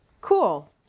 Cool